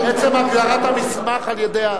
עצם הגדרת המסמך על-ידי,